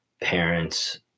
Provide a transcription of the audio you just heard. parents